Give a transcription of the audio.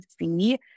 see